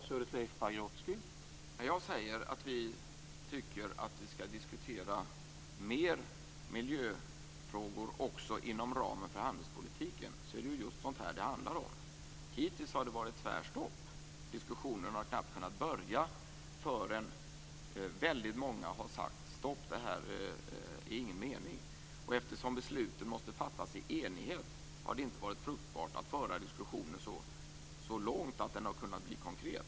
Herr talman! När jag säger att vi tycker att vi skall diskutera mer miljöfrågor också inom ramen för handelspolitiken är det just sådant här det handlar om. Hittills har det varit tvärstopp. Diskussionen har knappt kunnat börja förrän många har sagt: Stopp, det här är det ingen mening med. Eftersom besluten måste fattas i enighet har det inte varit fruktbart att föra diskussionen så långt att den har kunnat bli konkret.